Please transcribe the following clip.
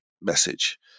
message